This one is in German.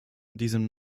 diesem